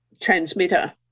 transmitter